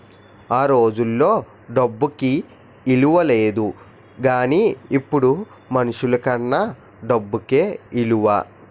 ఆ రోజుల్లో డబ్బుకి ఇలువ లేదు గానీ ఇప్పుడు మనుషులకన్నా డబ్బుకే ఇలువ